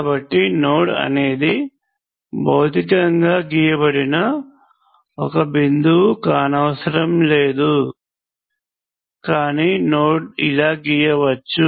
కాబట్టి నోడ్ అనేది భౌతికంగా గీయబడిన ఒక బిందువు కానవసరం లేదుకానీ నోడ్ ఇలా గీయవచ్చు